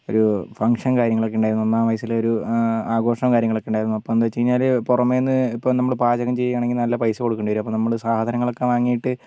ഒരു ഫംഗ്ഷൻ കാര്യങ്ങളൊക്കെ ഉണ്ടായിരുന്നു ഒന്നാം വയസ്സിലെരു ആഘോഷവും കാര്യങ്ങളൊക്കെ ഉണ്ടായിരുന്നു അപ്പോൾ എന്തുപറ്റിന്നാൽ പുറമേന്നു ഇപ്പോൾ നമ്മൾ പാചകം ചെയ്യാണെങ്കിൽ നല്ല പൈസ കൊടുക്കേണ്ടി വരും അപ്പോൾ നമ്മൾ സാധനങ്ങളൊക്കെ വാങ്ങീട്ട്